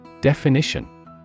Definition